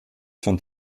von